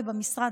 ובמשרד,